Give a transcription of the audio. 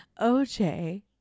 OJ